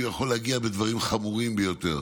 הוא יכול להגיע בדברים חמורים ביותר.